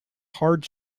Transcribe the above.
hard